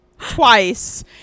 twice